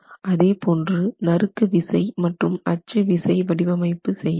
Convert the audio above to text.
அதேபோன்று நறுக்கு விசை மற்றும் அச்சு விசை வடிவமைப்பு செய்யலாம்